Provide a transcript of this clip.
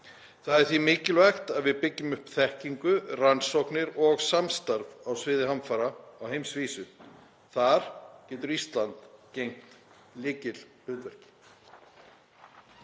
Það er því mikilvægt að við byggjum upp þekkingu, rannsóknir og samstarf á sviði hamfara á heimsvísu. Þar getur Ísland gegnt lykilhlutverki.